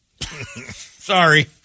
Sorry